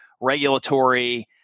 regulatory